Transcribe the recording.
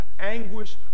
Anguish